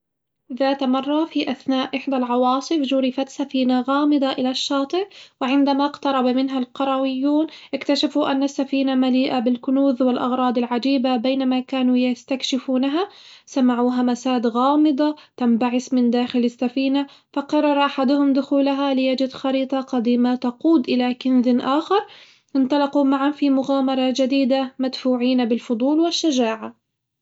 ذات مرة، في أثناء إحدى العواصف جرفت سفينه غامضة إلى الشاطئ وعندما اقترب منها القرويون اكتشفوا أن السفينة مليئة بالكنوز والأغراض العجيبة بينما كانوا يستكشفونها سمعو همسات غامضة تنبعث من داخل السفينة فقرر أحدهم دخولها ليجد خريطة قديمة تقود إلى كنز آخر، انطلقوا معه في مغامرة جديدة مدفوعين بالفضول والشجاعة.